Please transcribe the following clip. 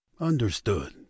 Understood